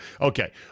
Okay